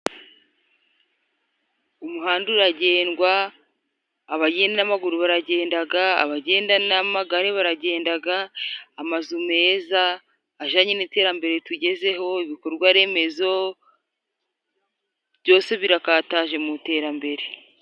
Umuhanda uragendwa abagenda n'amaguru baragendaga, abagenda n'amagare baragendaga. Amazu meza ajyanye n'iterambere tugezeho, ibikorwaremezo byose birakataje mu iterambere.